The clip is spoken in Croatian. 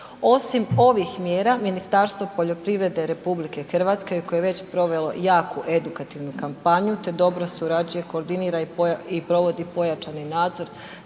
Osim ovih mjera Ministarstvo poljoprivrede RH koje je već provelo jaku edukativnu kampanju te dobro surađuje, koordinira i provodi pojačani nadzor